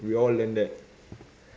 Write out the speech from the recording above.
we all learn that